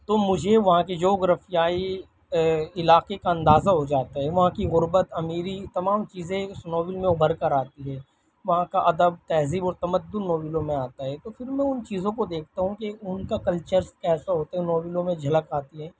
تو مجھے وہاں کی جغرافیائی علاقے کا اندازہ ہو جاتا ہے وہاں کی غربت امیری تمام چیزیں اس ناول میں ابھر کر آتی ہیں وہاں کا ادب تہذیب و تمدن ناولوں میں آتا ہے تو پھر میں ان چیزوں کو دیکھتا ہوں کہ ان کا کلچرس کیسا ہوتا ہے ناولوں میں جھلک آتی ہے